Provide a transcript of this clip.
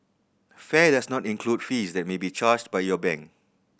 fare does not include fees that may be charged by your bank